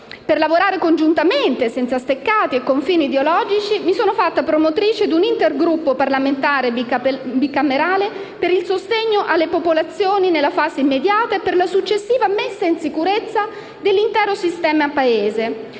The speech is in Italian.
per lavorare congiuntamente, senza steccati e confini ideologici, mi sono fatto promotrice di un intergruppo bicamerale per il sostegno alle popolazioni nella fase immediata e per la successiva messa in sicurezza dell'intero sistema Paese.